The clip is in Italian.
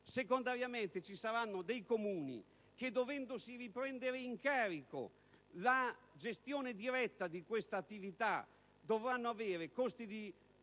Secondariamente, ci saranno Comuni che, dovendosi riprendere in carico la gestione diretta di questa attività, avranno disagi di